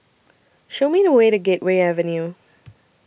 Show Me The Way to Gateway Avenue